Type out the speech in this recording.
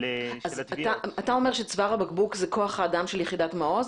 אתה אומר שצוואר הבקבוק זה כוח האדם של יחידת מעוז?